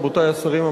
רבותי השרים,